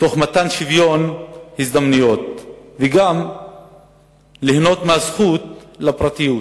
תוך מתן שוויון הזדמנויות וגם ליהנות מהזכות לפרטיות.